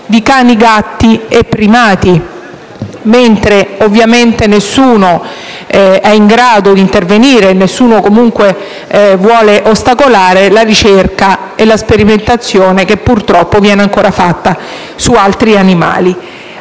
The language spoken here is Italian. di cani, gatti e primati, mentre ovviamente nessuno è in grado di intervenire, o comunque nessuno vuole ostacolare la ricerca e la sperimentazione che, purtroppo, viene ancora fatta su altri animali.